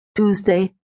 Tuesday